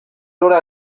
loro